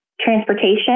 transportation